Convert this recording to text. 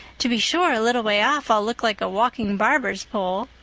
to be sure, a little way off i'll look like a walking barber's pole.